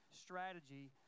strategy